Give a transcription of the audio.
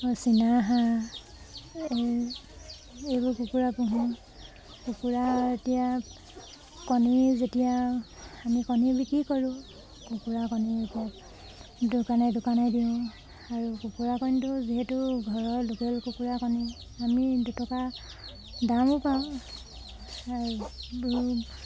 চিনাহাঁহ এই এইবোৰ কুকুৰা পোহোঁ কুকুৰা এতিয়া কণী যেতিয়া আমি কণী বিক্ৰী কৰোঁ কুকুৰা কণী এতিয়া দোকানে দোকানে দিওঁ আৰু কুকুৰা কণীটো যিহেতু ঘৰৰ লোকেল কুকুৰা কণী আমি দুটকা দামো পাওঁ আৰু